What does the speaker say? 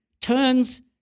turns